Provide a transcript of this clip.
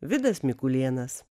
vidas mikulėnas